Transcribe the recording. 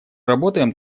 работаем